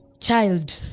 child